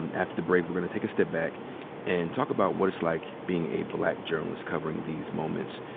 and after the break, we're gonna take a step back and talk about what it's like being a black journalist covering these moments.